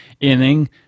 inning